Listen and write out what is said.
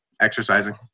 exercising